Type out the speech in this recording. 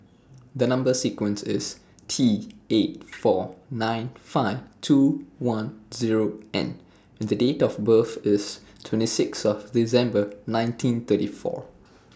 The Number sequence IS T eight four nine five two one Zero N and Date of birth IS twenty six of December nineteen thirty four